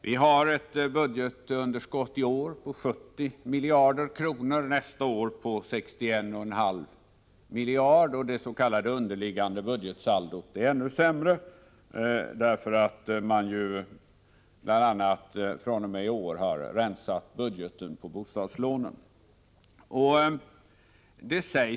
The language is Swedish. Vi har ett budgetunderskott i år på 70 miljarder kronor, nästa år på 61,5 miljarder kronor, och det s.k. underliggande budgetsaldot är ännu sämre, bl.a. därför att man fr.o.m. i år har rensat budgeten på bostadslånen.